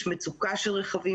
יש מצוקה של רכבים,